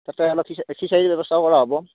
তাতে অলপ খিচাৰীৰ ব্যৱস্থাও কৰা হ'ব